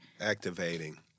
Activating